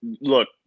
Look